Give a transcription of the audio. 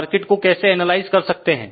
circuit को कैसे analyse कर सकते हैं